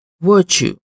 virtue